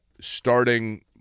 starting